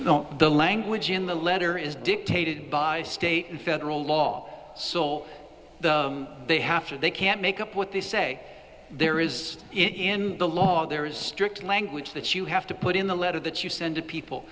know the language in the letter is dictated by state and federal law so they have to they can't make up what they say there is in the law there is strict language that you have to put in the letter that you send to people